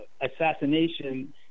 assassination